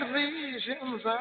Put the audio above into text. visions